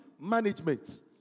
management